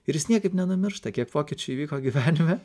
ir jis niekaip nenumiršta kiek pokyčių įvyko gyvenime